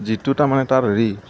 যিটো তাৰমানে তাৰ হেৰি